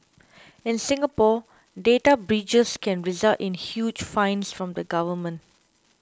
in Singapore data breaches can result in huge fines from the government